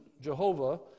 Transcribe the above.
Jehovah